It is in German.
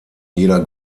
jeder